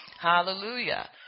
Hallelujah